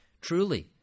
truly